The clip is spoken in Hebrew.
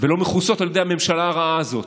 ולא מכוסות על ידי הממשלה הרעה הזאת.